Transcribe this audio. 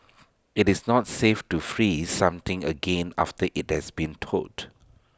IT is not safe to freeze something again after IT has been thawed